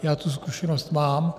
Já tu zkušenost mám.